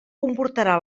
comportarà